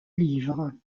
livre